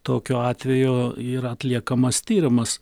tokiu atveju yra atliekamas tyrimas